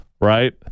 right